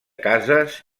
cases